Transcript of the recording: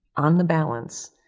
on the balance,